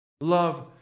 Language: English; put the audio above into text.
Love